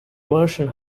version